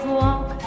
walk